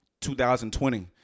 2020